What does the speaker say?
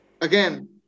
again